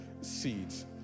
Seeds